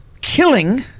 killing